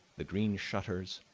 the green shutters,